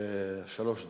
שלוש דקות,